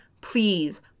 please